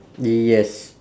yes